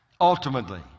ultimately